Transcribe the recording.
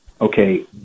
okay